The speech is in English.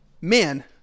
Man